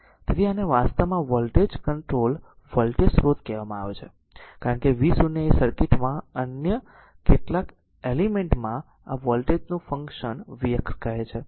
તેથી આને વાસ્તવમાં વોલ્ટેજ કંટ્રોલ્ડ વોલ્ટેજ સ્રોત કહેવામાં આવે છે કારણ કે આ v 0 એ સર્કિટ માં અન્ય કેટલાક એલિમેન્ટ માં આ વોલ્ટેજ નું ફંક્શન vx કહે છે